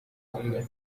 amwita